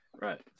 Right